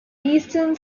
eastern